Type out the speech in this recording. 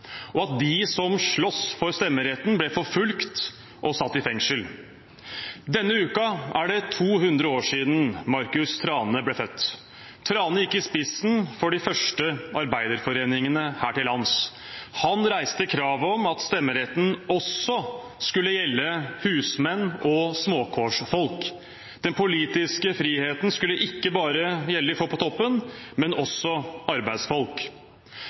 og at de som sloss for stemmeretten, ble forfulgt og satt i fengsel. Denne uken er det 200 år siden Marcus Thrane ble født. Thrane gikk i spissen for de første arbeiderforeningene her til lands. Han reiste kravet om at stemmeretten også skulle gjelde husmenn og småkårsfolk. Den politiske friheten skulle ikke bare gjelde folk på toppen, men også arbeidsfolk.